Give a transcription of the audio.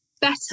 better